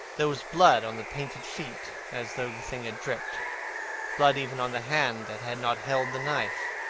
there was blood on the painted feet, as though the thing had dripped blood even on the hand that had not held the knife.